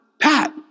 Pat